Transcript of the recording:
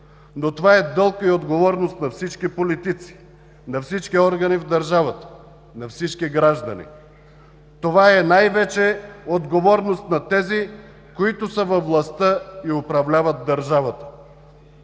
обаче е дълг и отговорност на всички политици, на всички органи в държавата, на всички граждани. Това най-вече е отговорност на тези, които са във властта и управляват държавата.